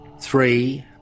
three